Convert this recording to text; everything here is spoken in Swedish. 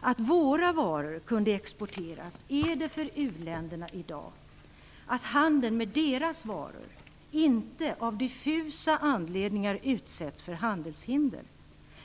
att våra varor kunde exporteras är det för u-länderna i dag att handeln med deras varor inte utsätts för handelshinder av diffusa anledningar.